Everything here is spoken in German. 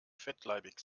fettleibig